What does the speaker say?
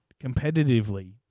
competitively